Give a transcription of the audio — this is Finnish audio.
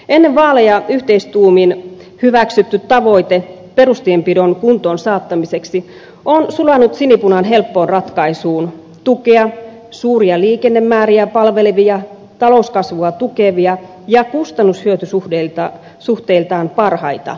ennen vaaleja yhteistuumin hyväksytty tavoite perustienpidon kuntoon saattamiseksi on sulanut sinipunan helppoon ratkaisuun tukea suuria liikennemääriä palvelevia talouskasvua tukevia ja kustannushyöty suhteiltaan parhaita tieosuuksia